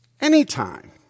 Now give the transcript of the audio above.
Anytime